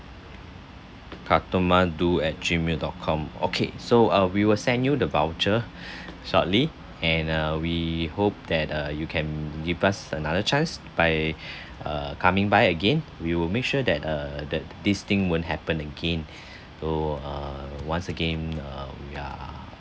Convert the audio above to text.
katomado at Gmail dot com okay so uh we will send you the voucher shortly and uh we hope that uh you can give us another chance by uh coming by again we will make sure that uh that this thing won't happen again so uh once again uh we are